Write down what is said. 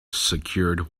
secured